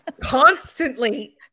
constantly